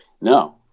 No